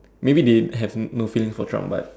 maybe they had no feeling for Trump but